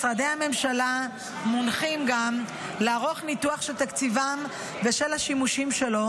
משרדי הממשלה מונחים גם לערוך ניתוח של תקציבם ושל השימושים שלו